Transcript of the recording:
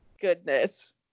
goodness